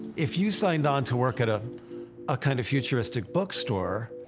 if you signed on to work at a a kind of futuristic bookstore,